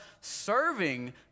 serving